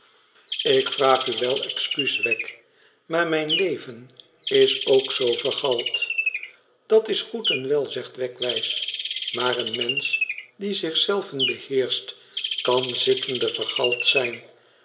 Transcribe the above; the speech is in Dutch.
ik vraag u wel excuus wegg maar mijn leven is ook zoo vergald dat is goed en wel zegt wegg wijs maar een mensch die zich zelven beheerscht kan zittende vergald zijn